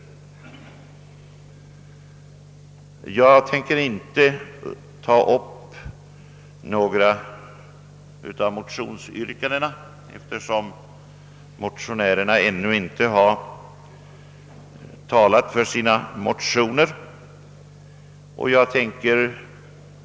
Jag tänker inte ta upp några av motionsyrkandena, eftersom motionärerna ännu inte har talat för sina motioner.